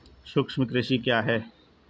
सूक्ष्म कृषि क्या है?